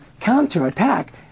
counterattack